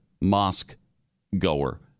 mosque-goer